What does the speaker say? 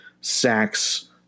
sacks